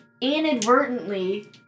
inadvertently